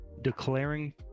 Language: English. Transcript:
declaring